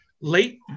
late